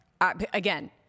again